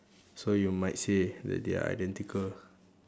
so you might say that they are identical